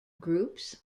groups